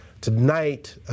Tonight